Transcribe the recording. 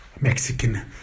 Mexican